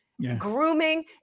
grooming